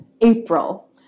April